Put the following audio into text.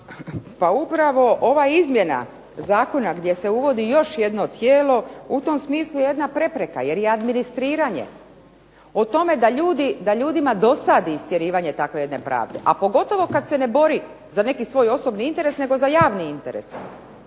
Pa upravo ova izmjena Zakona gdje se uvodi još jedno tijelo je u tom smislu jedna prepreka, administriranje o tome da ljudima dosadi istjerivanje takve jedne pravde, a pogotovo kada se ne bori za svoj osobni interes, nego za javni interes.